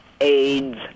AIDS